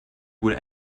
would